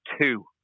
two